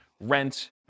rent